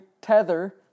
tether